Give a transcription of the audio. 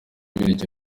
bubiligi